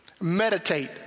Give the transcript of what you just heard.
Meditate